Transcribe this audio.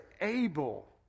able